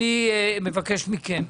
מבקש מכם,